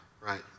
right